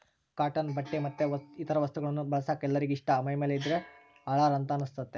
cotton ಬಟ್ಟೆ ಮತ್ತೆ ಇತರ ವಸ್ತುಗಳನ್ನ ಬಳಸಕ ಎಲ್ಲರಿಗೆ ಇಷ್ಟ ಮೈಮೇಲೆ ಇದ್ದ್ರೆ ಹಳಾರ ಅಂತ ಅನಸ್ತತೆ